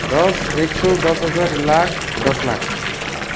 दस एक सय दस हजार लाख दस लाख